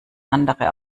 andere